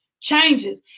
changes